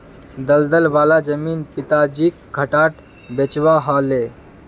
दलदल वाला जमीन पिताजीक घटाट बेचवा ह ले